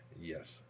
Yes